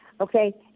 okay